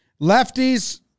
Lefties